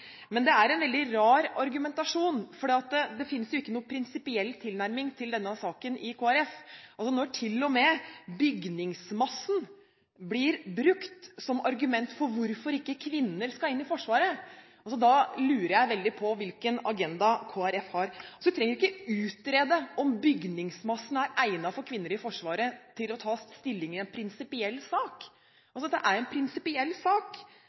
Men det er en veldig rar argumentasjon, for det finnes ikke en prinsipiell tilnærming til denne saken i Kristelig Folkeparti. Når til og med bygningsmassen blir brukt som et argument for hvorfor kvinner ikke skal inn i Forsvaret, lurer jeg veldig på hvilken agenda Kristelig Folkeparti har. Man trenger ikke utrede om bygningsmassen er egnet for kvinner i Forsvaret, for å ta stilling i en prinsipiell sak. Dette er en prinsipiell sak: